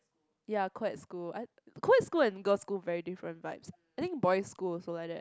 ya co ed school I co ed school and girl's school very different vibes I think boy's school also like that